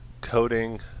coding